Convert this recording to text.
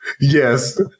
Yes